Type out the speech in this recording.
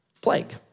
plague